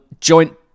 joint